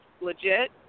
legit